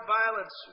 violence